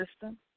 system